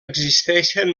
existeixen